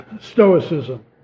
Stoicism